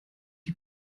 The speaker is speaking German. die